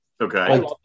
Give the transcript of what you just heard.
Okay